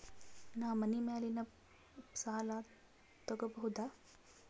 ನಾ ಮನಿ ಮ್ಯಾಲಿನ ಸಾಲ ತಗೋಬಹುದಾ?